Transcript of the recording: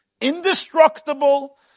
indestructible